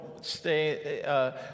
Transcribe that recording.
stay